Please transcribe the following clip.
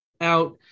out